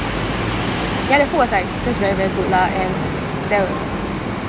ya the food was like just very very good lah and there were